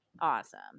awesome